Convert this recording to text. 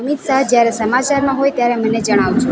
અમિત શાહ જયારે સમાચારમાં હોય ત્યારે મને જણાવજો